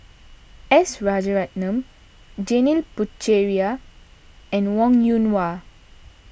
S Rajaratnam Janil Puthucheary and Wong Yoon Wah